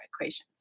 equations